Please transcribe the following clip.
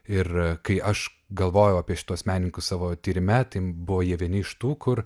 ir kai aš galvojau apie šituos menininkus savo tyrime tai buvo jie vieni iš tų kur